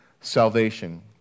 salvation